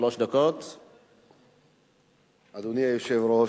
אדוני היושב-ראש,